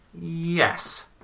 Yes